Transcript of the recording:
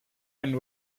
and